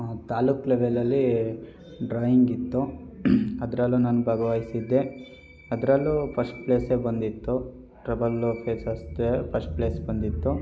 ತಾಲ್ಲೂಕು level ಅಲ್ಲಿ drawing ಇತ್ತು ಅದ್ರಲ್ಲೂ ನಾನು ಭಾಗವಹಿಸಿದ್ದೆ ಅದರಲ್ಲೂ ಫಸ್ಟ್ ಪ್ಲೇಸೆ ಬಂದಿತ್ತು ಟ್ರಬಲ್ ಫೇಸಸ್ದೇ ಪಸ್ಟ್ ಪ್ಲೇಸ್ ಬಂದಿತ್ತು